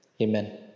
Amen